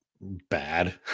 bad